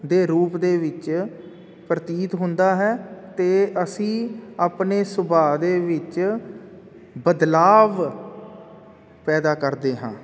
ਦੇ ਰੂਪ ਦੇ ਵਿੱਚ ਪ੍ਰਤੀਤ ਹੁੰਦਾ ਹੈ ਅਤੇ ਅਸੀਂ ਆਪਣੇ ਸੁਭਾਅ ਦੇ ਵਿੱਚ ਬਦਲਾਵ ਪੈਦਾ ਕਰਦੇ ਹਾਂ